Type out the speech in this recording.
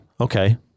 Okay